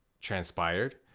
transpired